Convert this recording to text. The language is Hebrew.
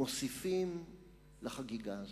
מוסיפים לחגיגה הזאת.